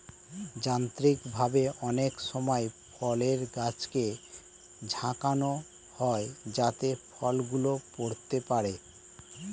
যান্ত্রিকভাবে অনেক সময় ফলের গাছকে ঝাঁকানো হয় যাতে ফল গুলো পড়তে পারে